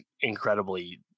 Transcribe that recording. incredibly